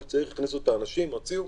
הכניסו את האנשים, הוציאו.